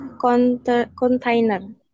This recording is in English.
container